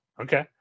Okay